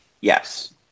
Yes